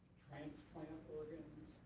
transplant organs,